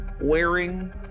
wearing